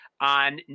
on